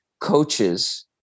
coaches